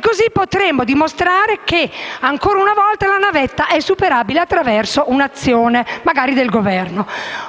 così potremo dimostrare che ancora una volta la navetta è superabile attraverso un'azione, magari del Governo.